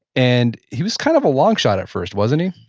and he was kind of a long shot at first, wasn't he?